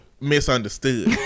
misunderstood